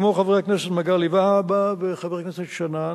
כמו חברי הכנסת מגלי והבה וחבר הכנסת שנאן,